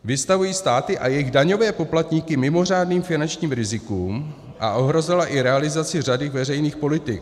Vystavují státy a jejich daňové poplatníky mimořádným finančním rizikům a ohrozila i realizaci řady veřejných politik.